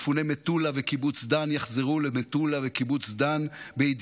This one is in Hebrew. מפוני מטולה וקיבוץ דן יחזרו למטולה ולקיבוץ